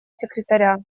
секретаря